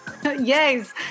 Yes